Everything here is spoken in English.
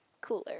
cooler